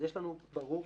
אז יש לנו, ברור,